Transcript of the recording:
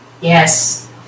yes